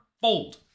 fold